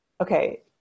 Okay